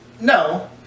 No